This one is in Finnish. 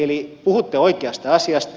eli puhutte oikeasta asiasta